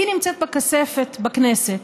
היא נמצאת בכספת בכנסת,